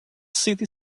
city